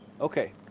Okay